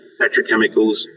petrochemicals